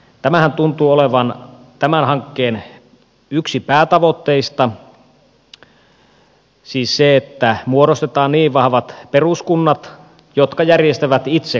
tämähän tuntuu olevan tämän hankkeen yksi päätavoitteista siis se että muodostetaan vahvat peruskunnat jotka järjestävät itse kaikki palvelut